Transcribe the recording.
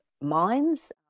mines